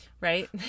right